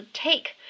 take